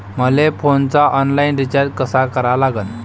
मले फोनचा online recharge कसा करा लागन?